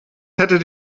hättet